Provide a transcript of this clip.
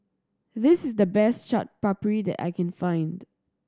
this is the best Chaat Papri that I can find